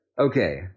okay